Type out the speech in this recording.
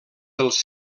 dels